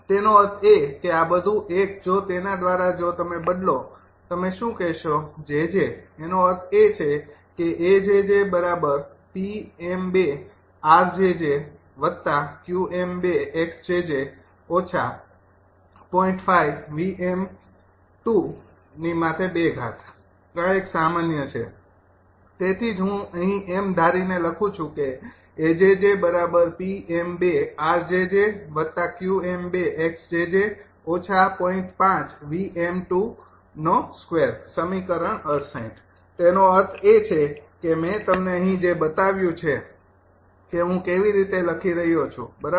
તેનો અર્થ એ કે આ બધુ એક જો તેના દ્વારા જો તમે બદલો તમે શું કહેશો 𝑗𝑗 એનો અર્થ એ છે કે આ એક સામાન્ય છે તેથી જ હું અહીં એમ ધારીને લખું છું કે સમીકરણ ૬૮ તેનો અર્થ એ છે કે મેં તમને અહીં જે બતાવ્યું છે કે હું કેવી રીતે લખી રહ્યો છું બરાબર